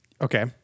Okay